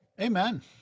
Amen